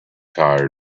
tired